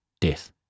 death